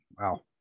Wow